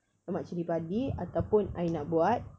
lemak cili padi ataupun I nak buat